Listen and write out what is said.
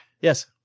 Yes